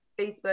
facebook